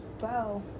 Wow